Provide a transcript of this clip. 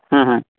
ᱦᱮᱸ ᱦᱮᱸ